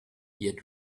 yet